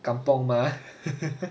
kampung mah